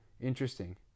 Interesting